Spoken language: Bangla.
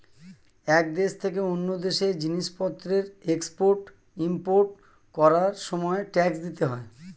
এক দেশ থেকে অন্য দেশে জিনিসপত্রের এক্সপোর্ট ইমপোর্ট করার সময় ট্যাক্স দিতে হয়